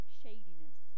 shadiness